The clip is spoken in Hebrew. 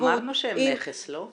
אמרנו שהם נכס, לא?